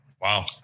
Wow